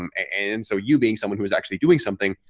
um and so you being someone who is actually doing something,